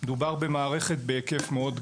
מדובר במערכת בהיקף מאוד גדול.